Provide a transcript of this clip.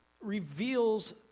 reveals